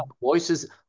Voices